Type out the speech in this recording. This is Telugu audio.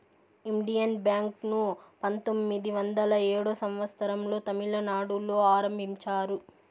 ఇండియన్ బ్యాంక్ ను పంతొమ్మిది వందల ఏడో సంవచ్చరం లో తమిళనాడులో ఆరంభించారు